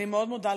אני מאוד מודה לך.